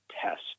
test